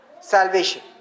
salvation